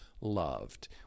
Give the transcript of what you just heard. loved